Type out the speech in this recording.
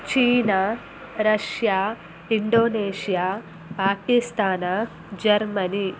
China Russia Indonesia Pakistan Germany